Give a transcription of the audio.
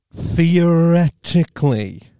theoretically